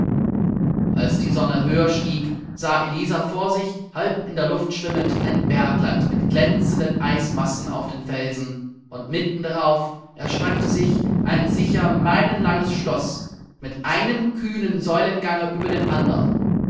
als die sonne höher stieg sah elisa vor sich halb in der luft schwimmend ein bergland mit glänzenden eismassen auf den felsen und mitten darauf erstreckte sich ein sicher meilenlanges schloß mit einem kühnen säulengange über dem andern